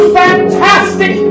fantastic